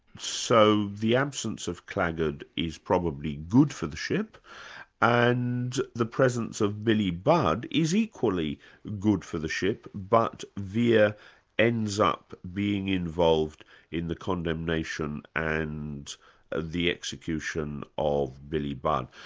so the absence of claggart is probably good for the ship and the presence of billy budd is equally good for the ship but vere ends up being involved in the condemnation and the execution of billy budd.